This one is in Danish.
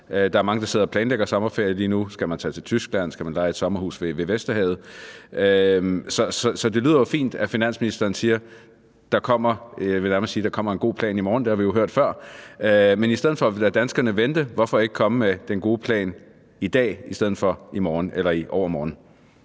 Der er mange, der sidder og planlægger sommerferie lige nu – skal man tage til Tyskland, eller skal man leje et sommerhus ved Vesterhavet? – så det lyder fint, at finansministeren siger, at der kommer, jeg vil nærmest sige en god plan i morgen. Det har vi jo hørt før, men i stedet for at vi lader danskerne vente: Hvorfor ikke komme med den gode plan i dag i stedet for i morgen eller i overmorgen?